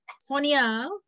sonia